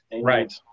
Right